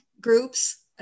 groups